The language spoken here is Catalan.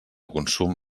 consum